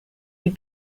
you